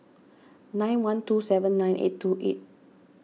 nine one two seven nine eight two eight